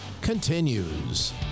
continues